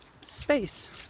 space